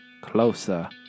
closer